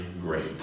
great